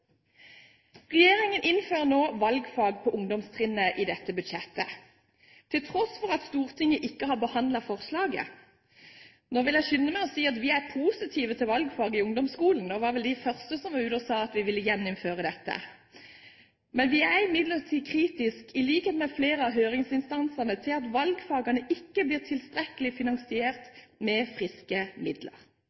Regjeringen innfører nå valgfag på ungdomstrinnet i dette budsjettet, til tross for at Stortinget ikke har behandlet forslaget. Nå vil jeg skynde meg å si at vi er positive til valgfag i ungdomsskolen. Vi var vel de første som sa at vi ville gjeninnføre dette. Vi er, i likhet med flere av høringsinstansene, imidlertid kritisk til at valgfagene ikke blir tilstrekkelig finansiert med friske midler.